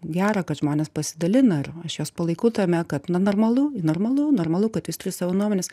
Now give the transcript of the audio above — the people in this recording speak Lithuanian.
gera kad žmonės pasidalina ar aš juos palaikau tame kad na normalu normalu normalu kad jūs turit savo nuomones